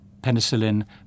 penicillin